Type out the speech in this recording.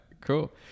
Cool